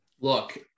Look